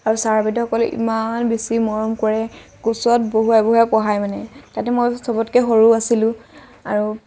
আৰু ছাৰ বাইদেউসকলে ইমান বেছি মৰম কৰে কোঁচত বহুৱাই পঢ়ুৱায় মানে তাতে মই চবতকে সৰু আছিলোঁ আৰু